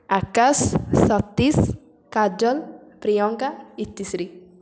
Akash Satish Kajal Priyanka Itishree